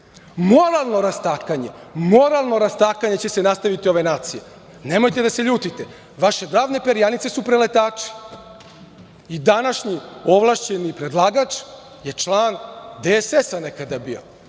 Moralno rastakanje će se nastaviti ove nacije. Nemojte da ljutite, vaše glavne perjanice su preletači i današnji ovlašćeni predlagač je član DSS nekada bio.